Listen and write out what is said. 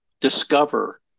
discover